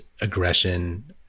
aggression